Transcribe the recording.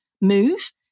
move